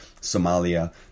Somalia